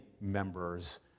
members